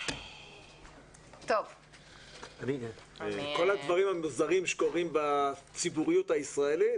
כל הדברים המוזרים שקורים בציבוריות הישראלית,